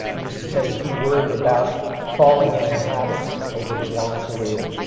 used to say that he worried about falling into habits over his long career.